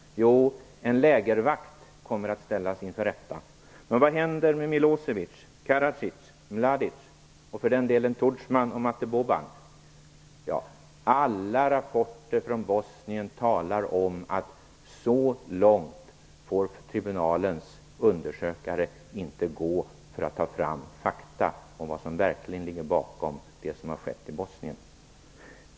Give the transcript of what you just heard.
Jo, en lägervakt kommer att ställas inför rätta. Men vad händer med Milosevic, Karadzic, Mladic och för den delen Tudjman och Mate Boban? Alla rapporter från Bosnien talar om att så långt får tribunalens undersökare inte gå för att ta fram fakta om vad som verkligen ligger bakom det som har skett i Bosnien.